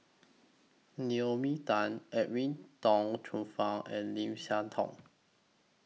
Naomi Tan Edwin Tong Chun Fai and Lim Siah Tong